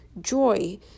Joy